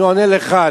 אני עונה לך,